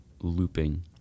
looping